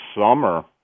summer